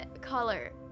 color